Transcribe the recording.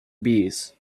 bees